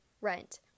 Rent